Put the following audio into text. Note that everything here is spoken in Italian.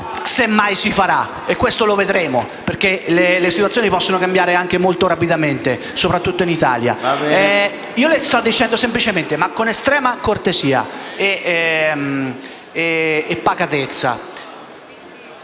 Se mai si farà, e questo lo vedremo, perché le situazioni possono cambiare molto rapidamente, soprattutto in Italia. Signor Presidente, le sto chiedendo semplicemente, con estrema cortesia e pacatezza: